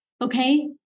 Okay